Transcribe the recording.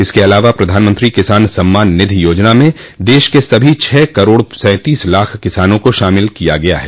इसके अलावा प्रधानमंत्री किसान सम्मान निधि योजना में देश के सभी छह करोड़ सैंतीस लाख किसानों को शामिल कर लिया गया है